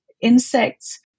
insects